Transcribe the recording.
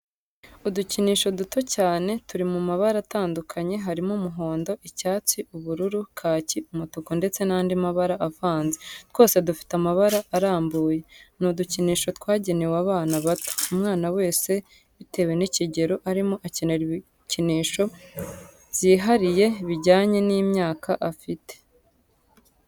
Udukinisho duto cyane turi mu mabara atandukanye harimo umuhondo, icyatsi, ubururu kaki umutuku ndetse n'andi mabara avanze, twose dufite amababa arambuye. Ni udukinisho twagenewe abana bato. Umwana wese bitewe n'ikigero arimo akenera ibikinsho byihariye bijyanye n'imyaka afite.